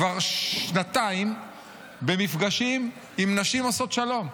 כבר שנתיים במפגשים עם נשים עושות שלום.